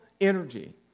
energy